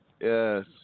Yes